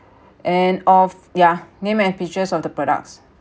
and of yeah name and features of the products